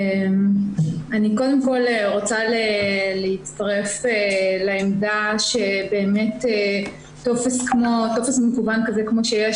אני רוצה להצטרף לעמדה שהטופס המקוון שיש